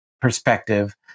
perspective